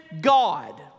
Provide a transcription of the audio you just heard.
God